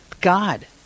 God